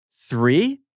Three